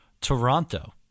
Toronto